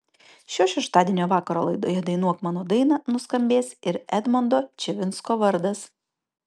šio šeštadienio vakaro laidoje dainuok mano dainą nuskambės ir edmondo čivinsko vardas